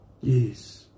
Yes